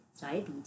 diabetes